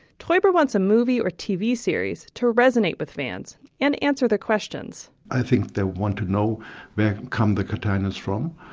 teuber wants a movie or tv series to resonate with fans and answer their questions i think they want to know where come the cataners from?